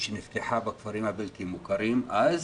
שנפתחה בכפרים הבלתי מוכרים אז,